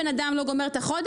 על זה בן אדם לא גומר את החודש?